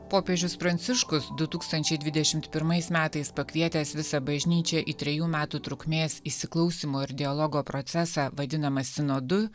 popiežius pranciškus du tūkstančiai dvidešimt pirmais metais pakvietęs visą bažnyčią į trejų metų trukmės įsiklausymo ir dialogo procesą vadinamą sino du